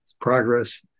progress